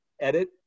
edit